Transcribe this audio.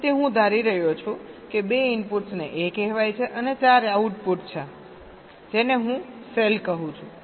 તેથી હું ધારી રહ્યો છું કે 2 ઇનપુટ્સને a કહેવાય છે અને 4 આઉટપુટ છે જેને હું સેલ કહું છું